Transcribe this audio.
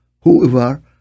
whoever